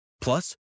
Plus